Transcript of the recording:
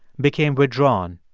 became withdrawn,